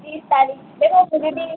तीस तारीख़ देखो दीदी